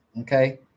okay